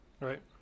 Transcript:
Right